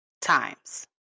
times